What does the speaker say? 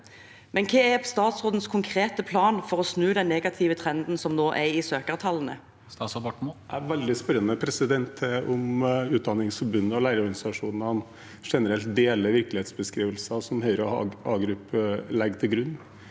men hva er statsrådens konkrete plan for å snu den negative trenden som nå er i søkertallene? Statsråd Ola Borten Moe Jeg er veldig spørrende til om Utdanningsforbundet og lærerorganisasjonene generelt deler virkelighetsbeskrivelsen som Høyre og Hagerup legger til grunn